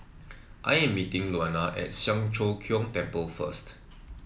I am meeting Luana at Siang Cho Keong Temple first